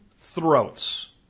throats